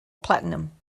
platinum